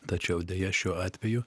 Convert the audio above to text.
tačiau deja šiuo atveju